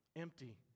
empty